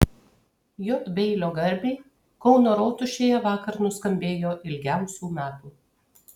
j beilio garbei kauno rotušėje vakar nuskambėjo ilgiausių metų